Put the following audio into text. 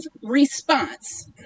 response